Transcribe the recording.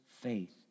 faith